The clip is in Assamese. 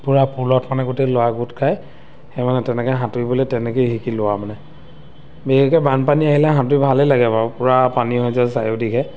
পূৰা পুলত মানে গোটেই ল'ৰা গোট খায় সেই মানে তেনেকৈ সাঁতুৰিবলৈ তেনেকৈয়ে শিকি লোৱা মানে বিশেষকৈ বানপানী আহিলে সাঁতুৰি ভালেই লাগে বাৰু পূৰা পানী হৈ যায় চাৰিওদিশে